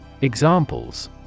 Examples